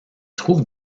trouve